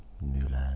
Newland